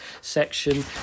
section